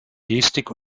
gestik